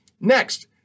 Next